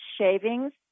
shavings